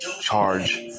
charge